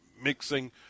Mixing